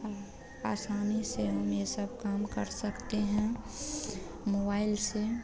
आसानी से हम यह सब काम कर सकते हैं मोबाइल से